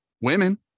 women